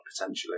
potentially